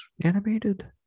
animated